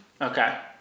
okay